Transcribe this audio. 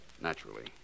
Naturally